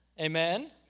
amen